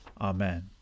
Amen